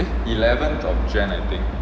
eleventh of jan I think